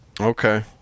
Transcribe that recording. okay